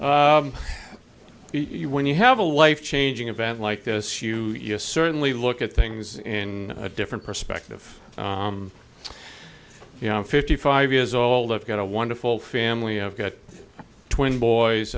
to you when you have a wife changing event like this you certainly look at things in a different perspective you know i'm fifty five years old i've got a wonderful family i've got twenty boys